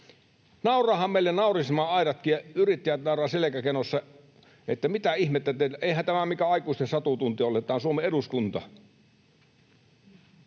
Nauravathan meille naurismaan aidatkin ja yrittäjät nauravat selkä kenossa, että mitä ihmettä, eihän tämä mikään aikuisten satutunti ole, tämä on Suomen eduskunta.